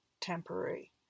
temporary